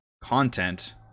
content